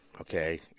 okay